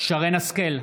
שרן מרים השכל,